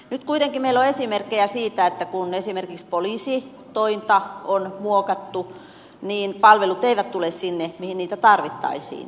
nyt kuitenkin meillä on esimerkkejä siitä että kun esimerkiksi poliisitointa on muokattu niin palvelut eivät tule sinne missä niitä tarvittaisiin